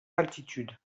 altitude